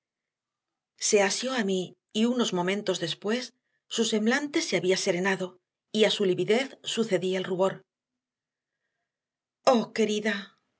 se asió a mí y unos momentos después su semblante se había serenado y a su lividez sucedía el rubor oh querida